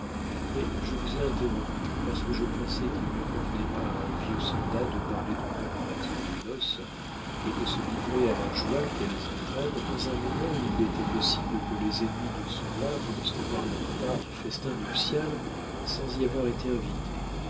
mais je vous ai interrompu parce que je pensais qu'il ne convenait pas à un vieux soldat de parler de préparatifs de noces et de se livrer à la joie qu'elles entraînent dans un moment où il était possible que les ennemis de son roi voulussent avoir leur part du festin nuptial sans y avoir été invités